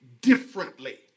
differently